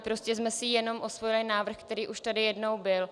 Prostě jsme si jenom osvojili návrh, který už tady jednou byl.